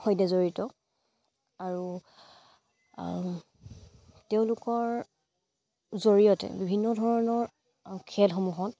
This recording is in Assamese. সৈতে জড়িত আৰু তেওঁলোকৰ জৰিয়তে বিভিন্ন ধৰণৰ খেলসমূহত